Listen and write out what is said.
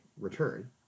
return